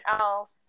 else